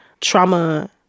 Trauma